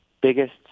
biggest